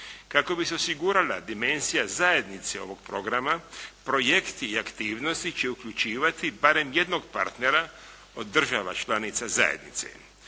Kako bi se osigurala dimenzija zajednice ovog programa, projekti i aktivnosti će uključivati barem jednog partnera od država članice zajednice.